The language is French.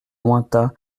lointains